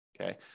Okay